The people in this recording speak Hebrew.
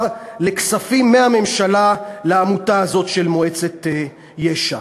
לכספים מהממשלה לעמותה הזאת של מועצת יש"ע.